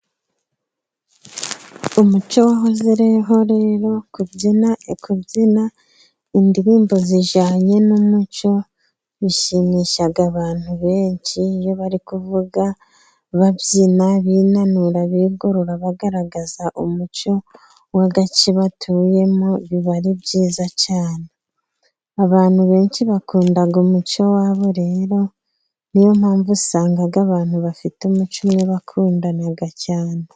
Umuco wahozeho, rero kubyina indirimbo zijyanye n'umuco bishimisha abantu benshi iyo bari kuvuga babyina binanura, bigorora, bagaragaza umuco w'agace batuyemo biba ari byiza cyane. Abantu benshi bakunda umuco wabo rero niyo mpamvu usanga abantu bafite umuco umwe bakundana cyane.